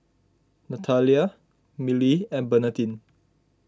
Nathalia Milly and Bernadine